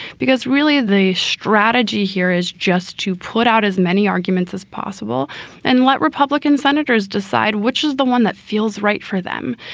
because really the strategy here is just to put out as many arguments as possible and let republican senators decide which is the one that feels right for them,